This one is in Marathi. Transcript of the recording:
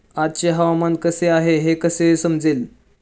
आजचे हवामान कसे आहे हे कसे समजेल?